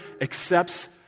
accepts